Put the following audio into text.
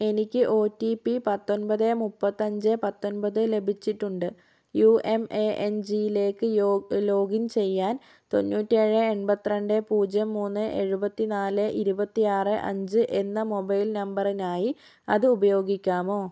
എനിക്ക് ഒടിപി പത്തൊൻപത് മുപ്പത്തഞ്ച് പത്തൊൻപത് ലഭിച്ചിട്ടുണ്ട് യുഎംഎഎൻജിയിലേക്ക് ലോഗിൻ ചെയ്യാൻ തൊന്നൂറ്റേഴ് എൺപതി രണ്ട് പൂജ്യം മൂന്ന് എഴുപത്തിനാല് ഇരുപത്തിയാറ് അഞ്ച് എന്ന മൊബൈൽ നമ്പറിനായി അത് ഉപയോഗിക്കാമോ